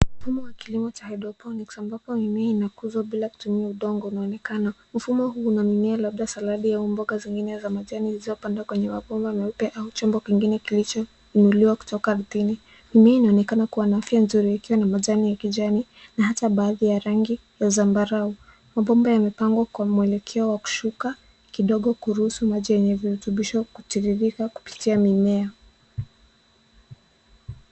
Mfumo wa kilimo cha hydroponics ambapo mimea inakuzwa bila kutumia udongo unaonekana. Mfumo huu una mimea labda saladi au mboga zingine za majani zilizopandwa kwenye mabomba meupe au chombo kingine kilicho inuliwa kutoka ardhini. Mimea inaonekana kuwa na afya nzuri ikiwa na majani ya kijani na hata baadhi ya rangi ya zambarau. Mabomba yamepangwa kwa mwelekeo wa kushuka kidogo kuruhusu maji yenye virutubisho kutiririka kupitia mimea.